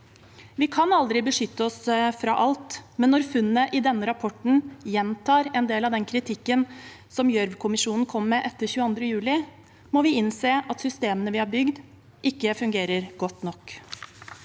Vi kan aldri beskytte oss fra alt, men når funnene i denne rapporten gjentar en del av den kritikken som Gjørv-kommisjonen kom med etter 22. juli, må vi innse at systemene vi har bygd, ikke fungerer godt nok.